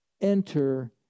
Enter